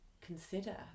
consider